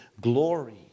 glory